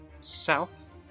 south